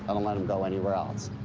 ah don't let him go anywhere else.